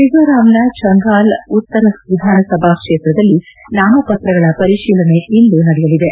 ಮಿಜೋರಾಂನ ಚಂಫಾಲ್ ಉತ್ತರ ವಿಧಾನಸಭಾ ಕ್ಷೇತ್ರದಲ್ಲಿ ನಾಮಪ್ರಗಳ ಪರಿಶೀಲನೆ ಇಂದು ನಡೆಯಲಿದೆ